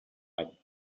but